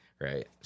right